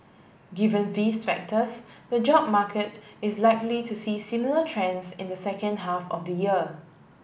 given these factors the job market is likely to see similar trends in the second half of the year